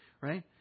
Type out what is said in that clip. right